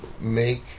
make